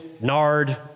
nard